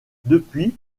depuis